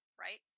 right